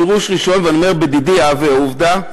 פירוש ראשון, ואני אומר, בדידי הווה עובדא: